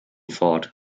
ford